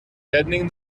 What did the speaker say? deadening